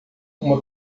uma